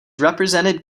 represented